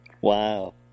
Wow